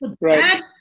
Right